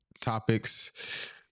topics